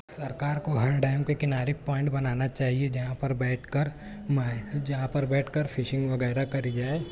سرکار کو ہر ڈیم کے کنارے پوائنٹ بنانا چاہیے جہاں پر بیٹھ کر ماہ جہاں پر بیٹھ کر فشنگ وغیرہ کری جائے